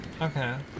Okay